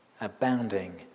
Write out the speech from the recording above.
abounding